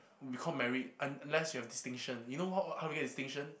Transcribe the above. they call merit un~ unless you have distinction you know what how to get distinction